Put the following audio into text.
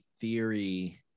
theory